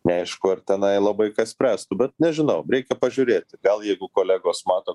neaišku ar tenai labai kas spręstų bet nežinau reikia pažiūrėti gal jeigu kolegos mato